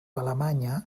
alemanya